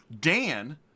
Dan